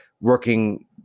working